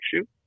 issue